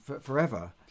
forever